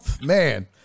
man